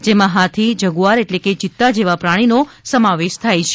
જેમાં હાથી જગુઆર એટલે કે ચિત્તા જેવા પ્રાણીનો સમાવેશ થાય છે